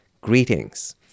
greetings